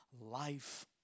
life